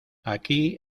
aquí